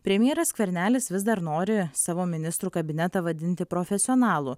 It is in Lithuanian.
premjeras skvernelis vis dar nori savo ministrų kabinetą vadinti profesionalų